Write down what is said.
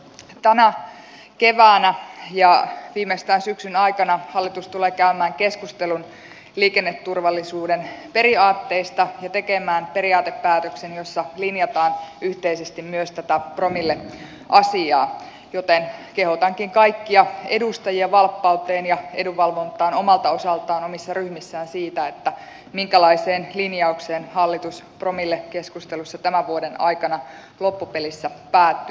tänä keväänä ja viimeistään syksyn aikana hallitus tulee käymään keskustelun liikenneturvallisuuden periaatteista ja tekemään periaatepäätöksen jossa linjataan yhteisesti myös tätä promilleasiaa joten kehotankin kaikkia edustajia valppauteen ja edunvalvontaan omalta osaltaan omissa ryhmissään sen suhteen että minkälaiseen linjaukseen hallitus promillekeskustelussa tämän vuoden aikana loppupelissä päätyy